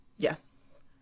Yes